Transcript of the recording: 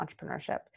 entrepreneurship